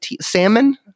salmon